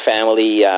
family